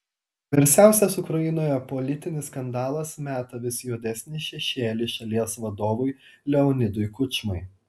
garsiausias ukrainoje politinis skandalas meta vis juodesnį šešėlį šalies vadovui leonidui kučmai